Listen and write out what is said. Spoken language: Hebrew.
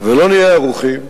ולא נהיה ערוכים,